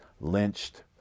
lynched